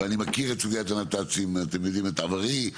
ואני מכיר את סוגיית הנת"צים אתם יודעים את עברי,